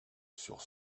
sur